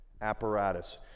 apparatus